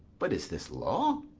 but is this law?